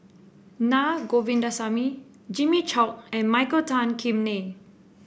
Na Govindasamy Jimmy Chok and Michael Tan Kim Nei